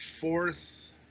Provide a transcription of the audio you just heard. fourth